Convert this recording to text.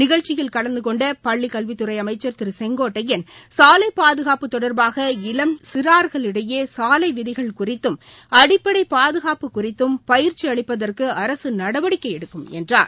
நிகழ்ச்சியில் கலந்து கொண்ட பள்ளிக் கல்வித்துறை அமைச்சர் திரு கெங்கோட்டையன் சாலை பாதுகாப்பு தொடர்பாக இளம் சிறார்களிடையே சாலை விதிகள் குறித்தும் அடிப்படை பாதுகாப்பு குறித்தும் பயிற்சி அளிப்பதற்கு அரசு நடவடிககை எடுக்கும் என்றார்